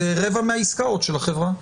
זה רבע מהעסקאות של החברה.